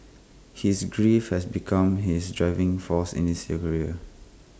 his grief has become his driving force in his career